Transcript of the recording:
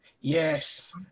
Yes